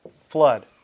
Flood